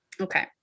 Okay